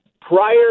prior